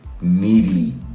needy